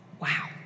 Wow